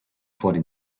fuori